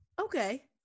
Okay